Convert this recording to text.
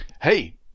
Hey